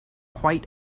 quite